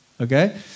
Okay